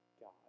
God